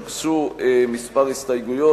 הוגשו כמה הסתייגויות.